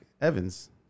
Evans